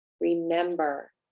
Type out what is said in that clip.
remember